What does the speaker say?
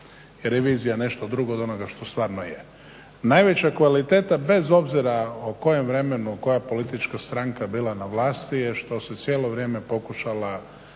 je revizija nešto drugo od onoga što stvarno je. Najveća kvaliteta bez obzira o kojem vremenu koja politička stranka bila na vlasti je što se cijelo vrijeme pokušala